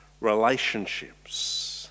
relationships